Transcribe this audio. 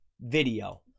video